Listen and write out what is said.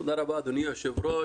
תודה רבה אדוני היושב-ראש.